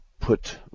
put